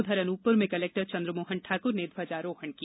उधर अनूपपुर में कलेक्टर चन्द्रमोहन ठाकुर ने ध्वजारोहण किया